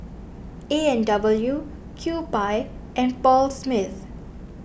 A and W Kewpie and Paul Smith